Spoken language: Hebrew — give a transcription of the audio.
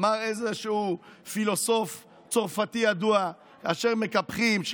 אמר איזשהו פילוסוף צרפתי ידוע: כאשר מקפחים,